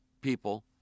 people